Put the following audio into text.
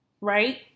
Right